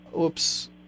Oops